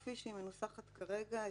כפי שהיא מנוסחת כרגע,